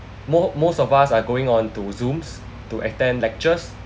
more most of us are going on to zooms to attend lectures